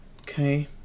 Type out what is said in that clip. Okay